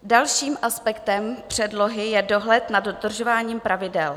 Dalším aspektem předlohy je dohled nad dodržováním pravidel.